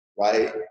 right